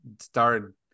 start